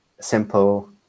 simple